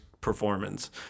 Performance